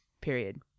period